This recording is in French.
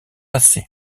assez